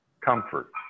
comfort